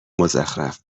مزخرف